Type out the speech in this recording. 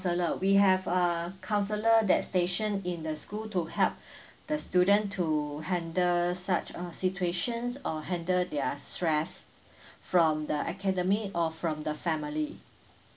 counselor we have a counselor that station in the school to help the student to handle such uh situations or handle their stress from the academy or from the family